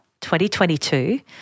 2022